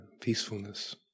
peacefulness